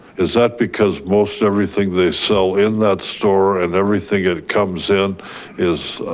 is that because most everything they sell in that store and everything it comes in is